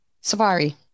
Safari